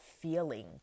feeling